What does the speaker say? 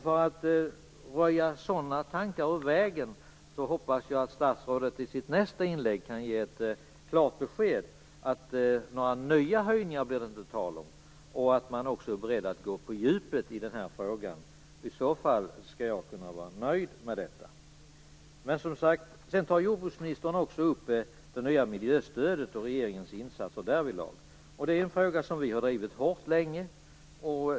För att röja sådana tankar ur vägen hoppas jag att statsrådet i sitt nästa inlägg kan ge klart besked om att det inte blir tal om några nya höjningar, och att man också är beredd att gå på djupet i den här frågan. I så fall skall jag kunna vara nöjd med detta. Jordbruksministern tar också upp frågan om det nya miljöstödet och regeringens insatser därvidlag. Det är en fråga som vi länge har drivit hårt.